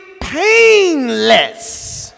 painless